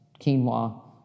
quinoa